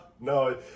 no